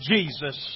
Jesus